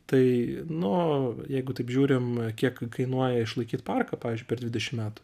tai nu jeigu taip žiūrim kiek kainuoja išlaikyt parką pavyzdžiui per dvidešim metų